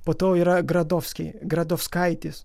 po to yra gradofskiai gradofskaitės